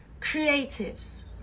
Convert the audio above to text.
creatives